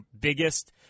biggest